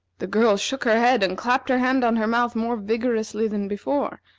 the girl shook her head and clapped her hand on her mouth more vigorously than before,